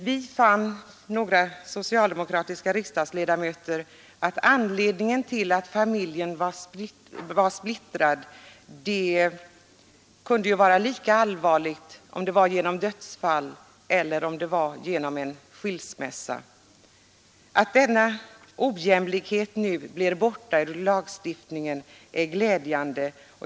Vi var några socialdemokratiska riksdagsledamöter som fann att det förhållandet att en familj hade splittrats kunde vara lika allvarligt om det var på grund av dödsfall som om det skett till följd av en skilsmässa, Att denna ojämlikhet nu kommer bort ur lagstiftningen är glädjande.